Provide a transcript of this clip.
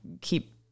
keep